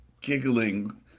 giggling